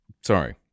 sorry